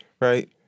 right